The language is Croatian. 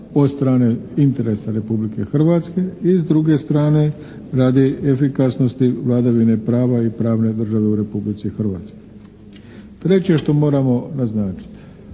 od strane interesa Republike Hrvatske i s druge strane radi efikasnosti vladavine prava i pravne države u Republici Hrvatskoj. Treće što moramo naznačiti.